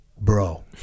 bro